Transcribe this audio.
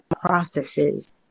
processes